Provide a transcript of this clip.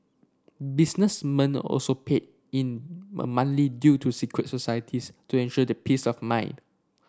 businessmen also paid in due to secret societies to ensure their peace of mind